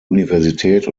universität